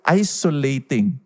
isolating